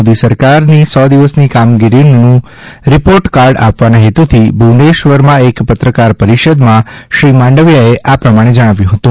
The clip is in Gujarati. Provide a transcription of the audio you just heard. મોદી સરકારની સો દિવસની કામગીરીનું રિપોર્ટ કાર્ડ આપવાના હેતુથી ભુવનેશ્વરમાં એક પત્રકાર પરિષદમાં શ્રી માંડવિયાએ આ પ્રમાણે જણાવ્યું હતું